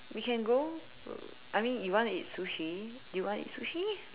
we can go I mean you want to eat Sushi do you want to eat Sushi